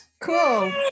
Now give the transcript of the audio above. cool